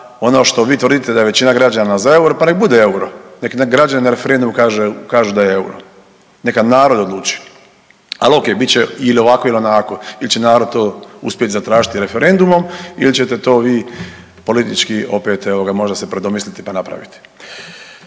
ono što vi tvrdite da je većina građana za EUR-o, pa nek bude EUR-o. Nek građani na referendumu kažu da je EUR-o. Neka narod odluči. Ali ok, bit će ili ovako ili onako. Ili će narod to uspjeti to zatražiti referendumom ili ćete to vi politički opet evo ga možda se predomisliti pa napraviti.